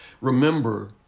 Remember